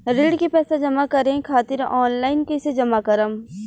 ऋण के पैसा जमा करें खातिर ऑनलाइन कइसे जमा करम?